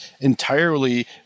entirely